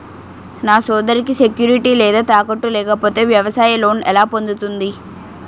నా సోదరికి సెక్యూరిటీ లేదా తాకట్టు లేకపోతే వ్యవసాయ లోన్ ఎలా పొందుతుంది?